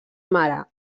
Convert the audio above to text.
mare